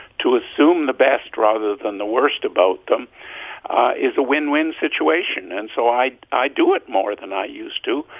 to assume the best rather than the worst about about them is a win-win situation. and so i i do it more than i used to.